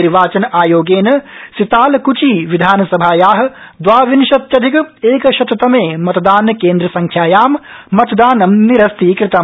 निर्वाचन आयोगेन सितालक्ची विधानसभाया द्वाविंशत्यधिक एकशततमे मतदानकेन्द्रसंख्यायां मतदानं निरस्तीकृतम्